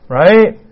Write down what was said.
right